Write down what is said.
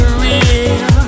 real